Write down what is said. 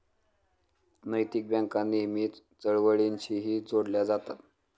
नैतिक बँका नेहमीच चळवळींशीही जोडल्या जातात